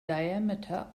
diameter